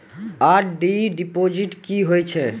RD deposit की होय छै?